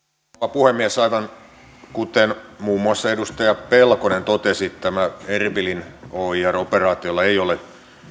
puhemies aivan kuten muun muassa edustaja pelkonen totesi tällä erbilin oir operaatiolla ei ole